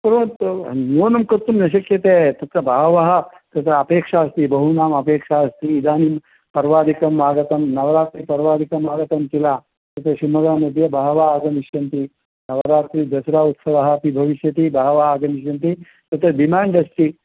कुर्वन्तु न्यूनं कर्तुं न शक्यते तत्र बहवः तत्र अपेक्षा अस्ति बहूनाम् अपेक्षा अस्ति इदानीं पर्वादिकम् आगतं नवरात्रिपर्वादिकमागतं किल अत शिवमोग्गा मध्ये बहवः आगमिष्यन्ति नवरात्रिदसरा उत्सवः अपि भविष्यति बहवः आगमिष्यन्ति तत्र डिम्याण्ड् अस्ति